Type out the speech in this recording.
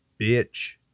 bitch